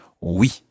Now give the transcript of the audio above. oui